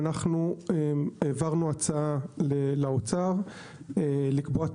העברנו הצעה לאוצר לקבוע את